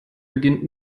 beginnt